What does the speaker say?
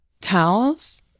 towels